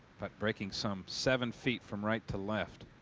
but breaking some seven feet from right to left.